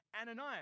Ananias